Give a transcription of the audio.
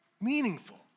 meaningful